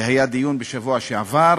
והיה דיון בשבוע שעבר